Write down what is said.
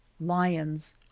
Lions